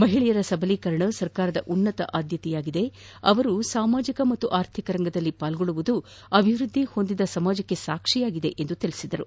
ಮಹಿಳೆಯರ ಸಬಲೀಕರಣ ಸರ್ಕಾರದ ಉನ್ನತ ಆದ್ಯತೆಯಾಗಿದ್ದು ಅವರು ಸಾಮಾಜಿಕ ಮತ್ತು ಆರ್ಥಿಕ ರಂಗದಲ್ಲಿ ಪಾಲ್ಗೊಳ್ಳುವುದು ಅಭಿವೃದ್ದಿ ಹೊಂದಿದ ಸಮಾಜಕ್ಕೆ ಸಾಕ್ಷಿಯಾಗಿದೆ ಎಂದು ತಿಳಿಸಿದರು